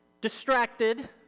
distracted